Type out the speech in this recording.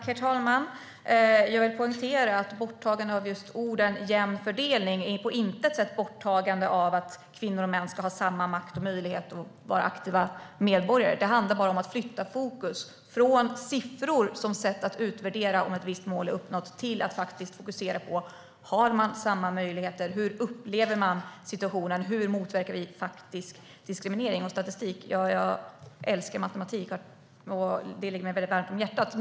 Herr talman! Jag vill poängtera att ett borttagande av orden "jämn fördelning" på intet sätt innebär ett borttagande av idén att kvinnor och män ska ha samma makt och samma möjlighet att vara aktiva medborgare. Det handlar bara om att flytta fokus från siffror som sätt att utvärdera om ett visst mål är uppnått. Har man samma möjligheter? Hur upplever man situationen? Hur motverkar vi faktisk diskriminering? Det är sådana frågor vi ska fokusera på i stället. Vad gäller statistik kan jag säga att jag älskar matematik, som ligger mig väldigt varmt om hjärtat.